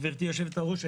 גברתי היושבת-ראש,